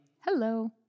Hello